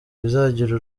bizagira